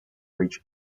reach